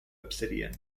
obsidian